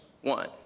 one